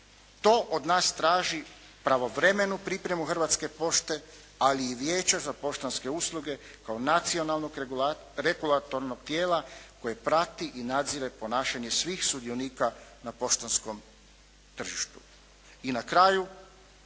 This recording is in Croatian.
To od nas traži pravovremenu pripremu Hrvatske pošte, ali i Vijeća za poštanske usluge kao nacionalnog regulatornog tijela koje prati i nadzire ponašanje svih sudionika na poštanskom tržištu. I na kraju,